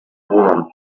worm